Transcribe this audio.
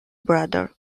brother